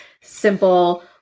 simple